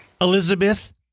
Elizabeth